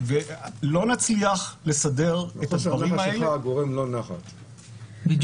ולא נצליח לסדר את הדברים האלה --- חוסר --- שלך גורם לו נחת.